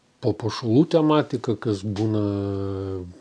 papuošalų tematika kas būna